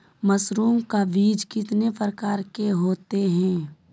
Mushroom का बीज कितने प्रकार के होते है?